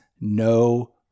no